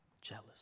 Jealous